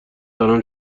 دارم